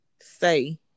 say